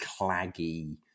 claggy